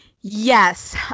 Yes